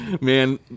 Man